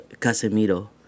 Casemiro